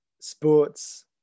sports